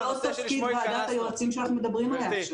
-- כי זה לא תפקיד ועדת היועצים שאנחנו מדברים עליה.